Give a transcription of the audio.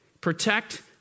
Protect